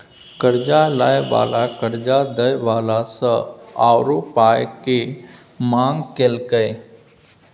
कर्जा लय बला कर्जा दय बला सँ आरो पाइ केर मांग केलकै